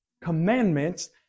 commandments